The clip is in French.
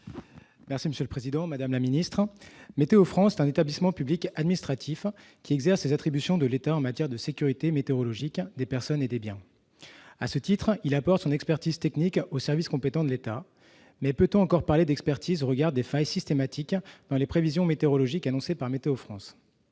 écologique et solidaire. Madame la secrétaire d'État, Météo France est un établissement public administratif exerçant les attributions de l'État en matière de sécurité météorologique des personnes et des biens. À ce titre, il apporte son expertise technique aux services compétents de l'État. Mais peut-on encore parler d'expertise, au regard des failles systématiques dans les prévisions météorologiques annoncées par Météo France ?